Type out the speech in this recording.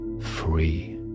free